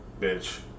bitch